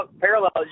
parallels